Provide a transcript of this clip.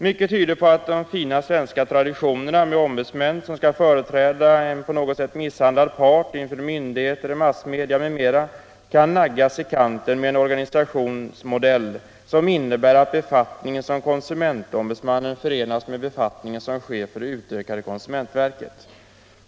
Mycket tyder på att de fina svenska traditionerna med ombudsmän som skall företräda en på något sätt misshandlad part inför myndigheter, massmedia m.m. kan naggas i kanten med en organisationsmodell som innebär att befattningen som konsumentombudsman förenas med befattningen som chef för det utökade konsumentverket.